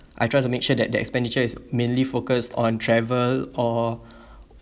I try to make sure that the expenditure is mainly focused on travel or